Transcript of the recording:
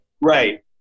Right